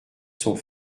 sont